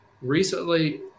recently